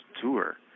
tour